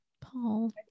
Paul